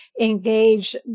engage